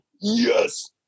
yes